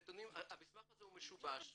המסמך הזה הוא משובש,